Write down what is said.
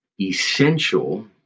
essential